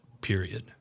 Period